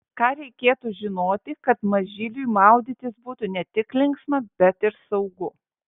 ką reikėtų žinoti kad mažyliui maudytis būtų ne tik linksma bet ir saugu